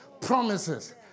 promises